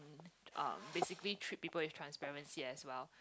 um treat people with transparency as well